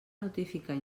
notificar